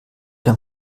dem